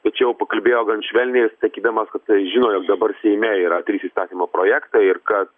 tačiau pakalbėjo gan švelniai sakydamas kad tai žino jog dabar seime yra trys įstatymo projektai ir kad